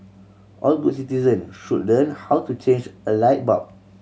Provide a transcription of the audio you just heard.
all good citizen should learn how to change a light bulb